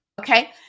Okay